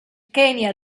kenya